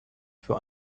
für